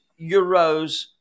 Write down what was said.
euros